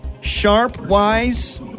sharp-wise